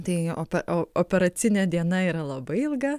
tai ope o operacinė diena yra labai ilga